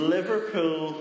Liverpool